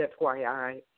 FYI